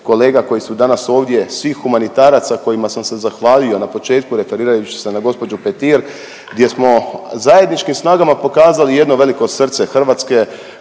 kolega koji su danas ovdje, svih humanitaraca kojima sam se zahvalio na početku referirajući se na gospođu Petir, gdje smo zajedničkim snagama pokazali jedno veliko srce Hrvatske